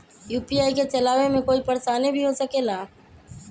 UPI के चलावे मे कोई परेशानी भी हो सकेला?